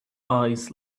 eyes